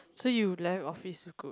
so you left office good